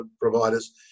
providers